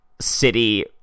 city